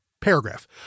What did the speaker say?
paragraph